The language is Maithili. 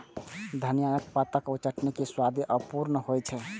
धनियाक पातक चटनी के स्वादे अपूर्व होइ छै